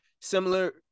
similar